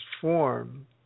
form